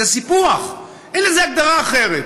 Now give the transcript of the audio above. זה סיפוח, אין לזה הגדרה אחרת,